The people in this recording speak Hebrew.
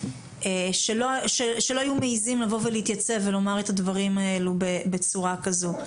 שלא היו מעזים לבוא ולהתייצב ולומר את הדברים האלה בצורה כזו.